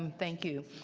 and thank you.